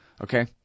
Okay